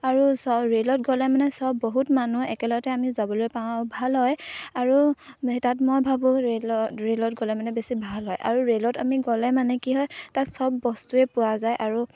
আৰু চব ৰে'লত গ'লে মানে চব বহুত মানুহ একেলগতে আমি যাবলৈ পাওঁ ভাল হয় আৰু তাত মই ভাবোঁ ৰেলত ৰে'লত গ'লে মানে বেছি ভাল হয় আৰু ৰে'লত আমি গ'লে মানে কি হয় তাত চব বস্তুৱে পোৱা যায় আৰু